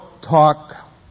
talk